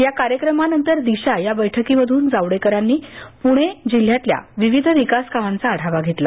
या कार्यक्रमानंतर दिशा या बैठकीमधून जावडेकरांनी पूणे जिल्ह्यातल्या विविध विकास कामांचा आढावा घेतला